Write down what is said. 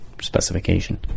specification